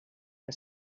que